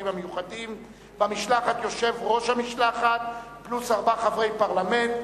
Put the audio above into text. במשלחת יושב-ראש המשלחת פלוס ארבעה חברי פרלמנט,